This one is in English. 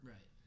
Right